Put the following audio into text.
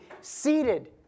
Seated